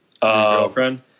Girlfriend